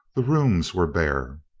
the rooms were bare.